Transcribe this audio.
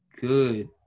good